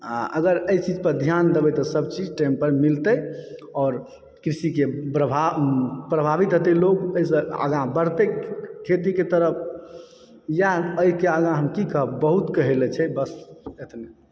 आ अगर एहिचीज पर ध्यान देबय तऽ सभचीज टाइम पर मिलतै आओर कृषिके प्रभा प्रभावित हेतय लोग एहिसँ आगाँ बढ़तै खेतीके तरफ इएह एहिके आगाँ हम की कहब बहुत कहऽ लेल छै बस एतने